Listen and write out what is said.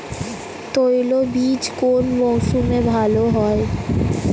তৈলবীজ কোন মরশুমে ভাল হয়?